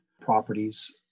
properties